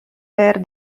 were